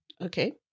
Okay